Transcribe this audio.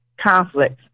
conflicts